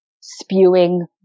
spewing